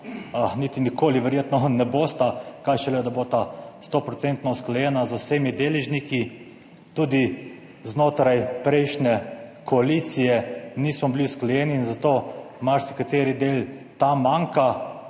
niti nikoli verjetno ne bosta, kaj šele, da bosta sto procentno usklajena z vsemi deležniki. Tudi znotraj prejšnje koalicije nismo bili usklajeni in zato marsikateri del tam manjka,